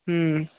ਹੂੰ